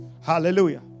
Hallelujah